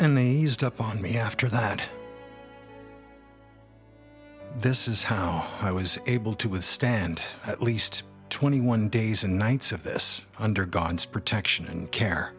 and they used up on me after that this is how i was able to withstand at least twenty one days and nights of this under god's protection and care